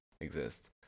exist